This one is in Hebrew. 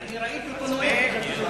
אני קובע שהצעת החוק ביטוח בריאות ממלכתי (תיקון מס' 48),